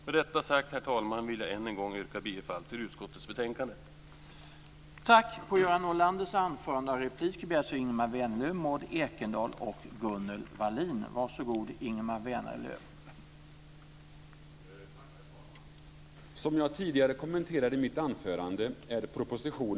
Med detta sagt, herr talman, vill jag än en gång yrka bifall till utskottet hemställan i betänkandet.